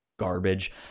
garbage